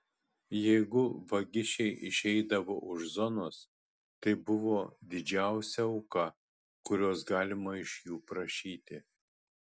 jeigu vagišiai išeidavo už zonos tai buvo didžiausia auka kurios galima iš jų prašyti